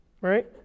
right